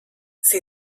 sie